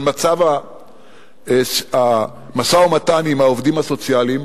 על מצב המשא-ומתן עם העובדים הסוציאליים,